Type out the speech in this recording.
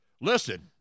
Listen